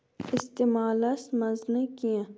استعمالس منٛز نہٕ کینٛہہ